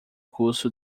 curso